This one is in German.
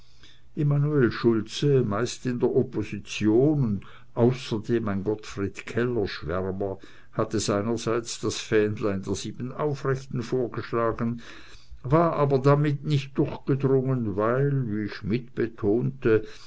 immanuel schultze meist in der opposition und außerdem ein gottfried keller schwärmer hatte seinerseits das fähnlein der sieben aufrechten vorgeschlagen war aber damit nicht durchgedrungen weil wie schmidt betonte